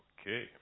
Okay